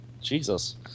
Jesus